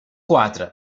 quatre